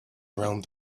around